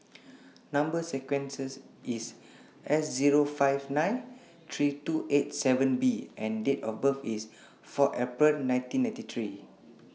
Number sequence IS S Zero five nine three two eight seven B and Date of birth IS four April nineteen ninety three